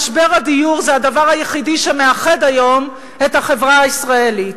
משבר הדיור זה הדבר היחיד שמאחד היום את החברה הישראלית.